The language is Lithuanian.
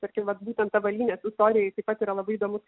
tarkim vat būtent avalynės istorijai taip pat yra labai įdomus